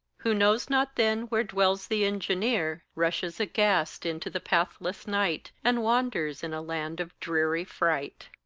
who knows not then where dwells the engineer, rushes aghast into the pathless night, and wanders in a land of dreary fright.